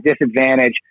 disadvantage